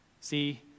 See